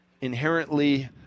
inherently –